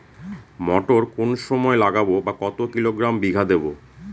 মটর কোন সময় লাগাবো বা কতো কিলোগ্রাম বিঘা দেবো?